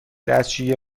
دستشویی